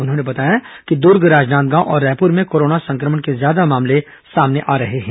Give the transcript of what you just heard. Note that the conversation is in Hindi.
उन्होंने बताया कि दूर्ग राजनांदगांव और रायपूर में कोरोना संक्रमण के ज्यादा मामले सामने ँआ रहे हैं